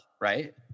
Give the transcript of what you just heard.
right